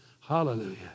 Hallelujah